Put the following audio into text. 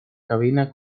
cabina